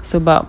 sebab